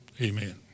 Amen